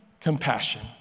compassion